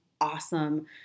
awesome